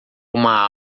uma